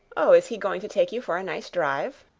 oh, is he going to take you for a nice drive?